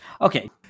Okay